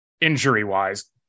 injury-wise